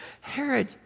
Herod